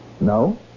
No